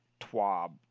TWAB